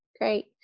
great